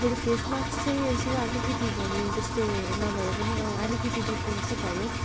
बरु फेस माक्स चाहिँ यसो अलिकति भने जस्तो नभए पनि अलिकति डिफरेन्ट चाहिँ भयो